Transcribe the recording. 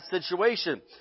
situation